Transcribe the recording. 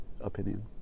opinion